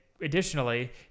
additionally